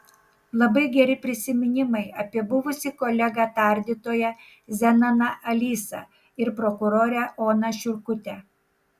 labai geri prisiminimai apie buvusį kolegą tardytoją zenoną alysą ir prokurorę oną šiurkutę